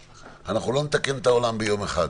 אנחנו לא נתקן את העולם ביום אחד,